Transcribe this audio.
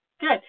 Good